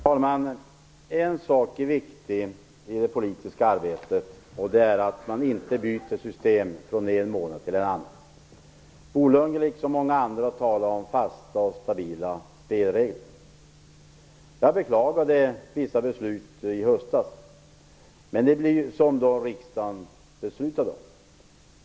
Herr talman! En sak är viktig i det politiska arbetet, och det är att man inte byter system från en månad till en annan. Bo Lundgren liksom många andra talar om fasta och stabila spelregler. Jag beklagade vissa beslut som riksdagen fattade i höstas.